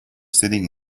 sitting